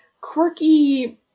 quirky